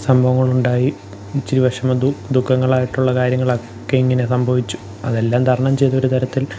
സംഭവങ്ങളുണ്ടായി ഇച്ചിരി വിഷമ ദുഃ ദുഃഖങ്ങളായിട്ടുള്ള കാര്യങ്ങളൊക്കെ ഇങ്ങനെ സംഭവിച്ചു അതെല്ലാം തരണം ചെയ്തൊരുതരത്തിൽ